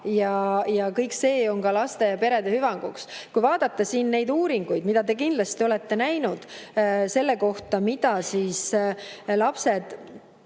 ja kõik see on laste ja perede hüvanguks. Kui vaadata neid uuringuid, mida te kindlasti olete näinud, selle kohta, mida lapsed,